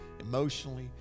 emotionally